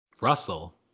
Russell